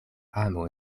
amo